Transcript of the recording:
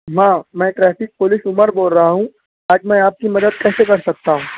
ہاں میں traffic police Umar بول رہا ہوں آج میں آپ کی مدد کیسے کر سکتا ہوں